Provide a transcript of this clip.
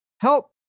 help